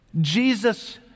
Jesus